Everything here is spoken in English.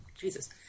Jesus